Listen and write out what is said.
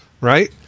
right